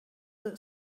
that